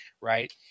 right